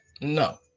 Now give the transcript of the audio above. No